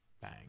Bang